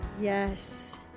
Yes